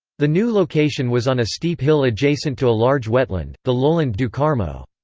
the new location was on a steep hill adjacent to a large wetland, the lowland do carmo.